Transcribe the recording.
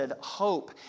hope